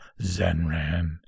Zenran